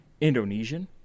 Indonesian